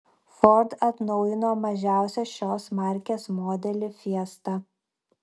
ford atnaujino mažiausią šios markės modelį fiesta